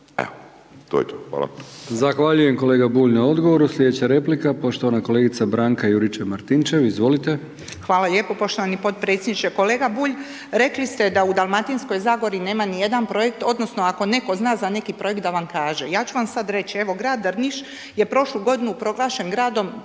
evo, to je to, hvala.